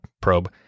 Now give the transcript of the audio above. probe